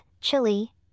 Chili